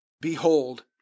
Behold